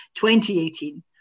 2018